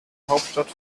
hauptstadt